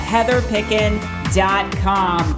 Heatherpickin.com